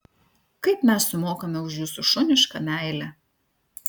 kaip mes sumokame už jūsų šunišką meilę